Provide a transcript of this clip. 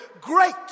great